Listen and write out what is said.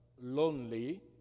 lonely